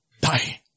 die